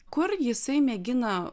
kur jisai mėgina